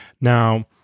Now